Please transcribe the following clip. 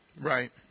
Right